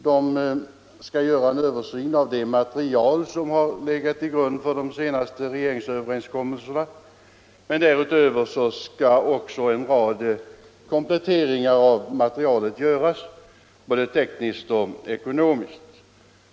Man skall göra en översyn av det material som legat till grund för de senaste regeringsöverenskommelserna. Därutöver skall man göra en rad kompletteringar av materialet, både tekniskt och ekonomiskt.